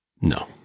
No